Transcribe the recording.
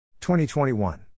2021